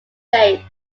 date